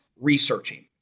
researching